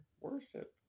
worship